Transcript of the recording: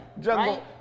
Jungle-